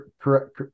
correct